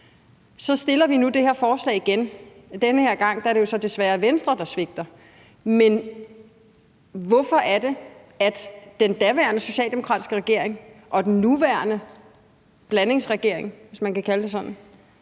Så fremsætter vi nu det her forslag igen. Den her gang er det jo så desværre Venstre, der svigter. Men hvorfor er det, at den daværende socialdemokratiske regering og den nuværende blandingsregering, hvis man kan kalde den det,